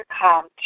come